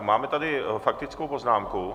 Máme tady faktickou poznámku.